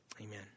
amen